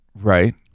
right